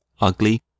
ugly